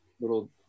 little